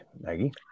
Maggie